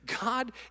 God